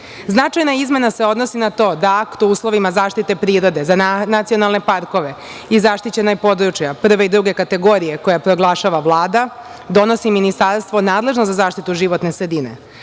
izmena se odnosi na to da akt o uslovima zaštite prirode za nacionalne parkove i zaštićena područja prve i druge kategorije, koja proglašava Vlada, donosi ministarstvo nadležno za zaštitu životne sredine,